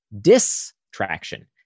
distraction